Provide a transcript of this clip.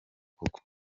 koko